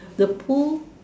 the pool